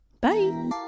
Bye